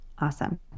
Awesome